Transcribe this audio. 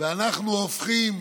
ואנחנו הופכים